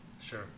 sure